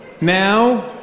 Now